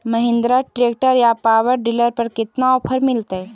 Mahindra tractor या power dealer पर कितना ओफर मीलेतय?